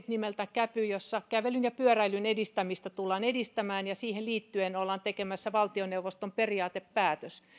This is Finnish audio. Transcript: nimeltä käpy jossa kävelyä ja pyöräilyä tullaan edistämään ja siihen liittyen ollaan tekemässä valtioneuvoston periaatepäätös